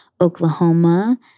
Oklahoma